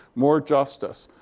more justice,